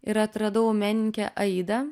ir atradau menininkę aidą